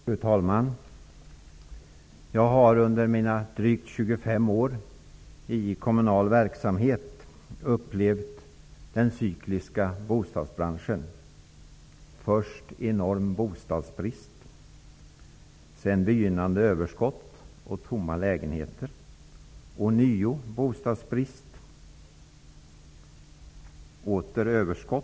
Fru talman! Jag har under mina drygt 25 år i kommunal verksamhet upplevt den cykliska bostadsbranschen. Först har vi en enorm bostadsbrist. Sedan får vi ett begynnande överskott och tomma lägenheter. Därefter får vi ånyo bostadsbrist och sedan åter överskott.